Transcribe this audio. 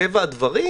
מטבע הדברים,